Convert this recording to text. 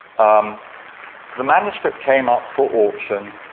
um the manuscript came up for auction.